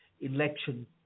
election